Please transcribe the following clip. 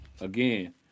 again